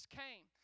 came